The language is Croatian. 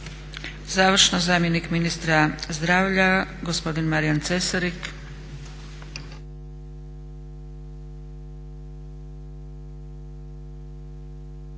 Završno zamjenik ministra zdravlja, gospodin Marijan Cesarik.